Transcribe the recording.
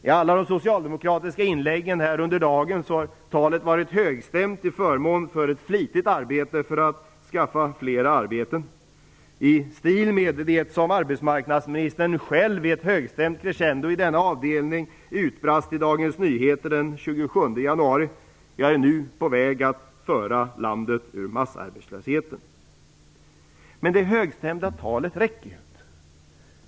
I alla de socialdemokratiska inläggen under dagen har talet varit högstämt till förmån för ett flitigt arbete för att skaffa fler arbeten i stil med det som arbetsmarknadsministern själv i ett högstämt crescendo i denna avdelning utbrast i Dagens Nyheter den 27 januari: Jag är nu på väg att föra landet ur massarbetslösheten. Men det högstämda talet räcker inte.